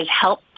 help